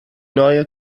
neue